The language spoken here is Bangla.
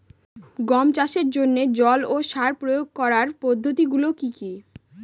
গম চাষের জন্যে জল ও সার প্রয়োগ করার পদ্ধতি গুলো কি কী?